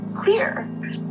Clear